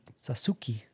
Sasuke